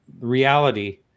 reality